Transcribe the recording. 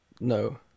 no